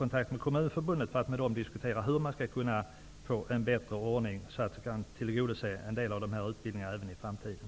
Kommunförbundet för att diskutera hur man skall kunna få en bättre ordning så att vi kan tillgodose en del av dessa utbildningar även i framtiden.